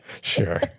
Sure